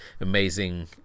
amazing